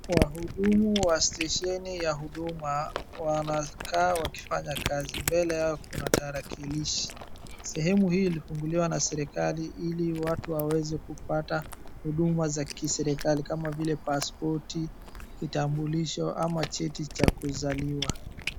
Wahudumu wa stesheni ya huduma wanakaa wakifanya kazi, mbele yao kuna tarakilishi, sehemu hii ilifunguliwa na serikali ili watu waweze kupata huduma za kiseriakali kama vile paspoti , kitambulisho ama cheti cha kuzaliwa.